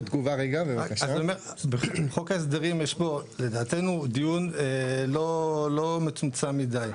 לדעתנו, בחוק ההסדרים יש דיון לא מצומצם מדי.